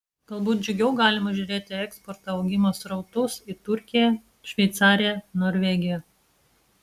galbūt džiugiau galima žiūrėti į eksporto augimo srautus į turkiją šveicariją norvegiją